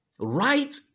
Right